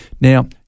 Now